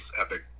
epic